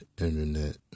internet